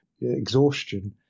exhaustion